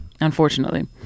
unfortunately